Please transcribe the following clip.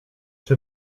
czy